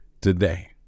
today